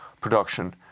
production